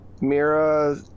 Mira